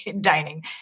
dining